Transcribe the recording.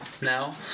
now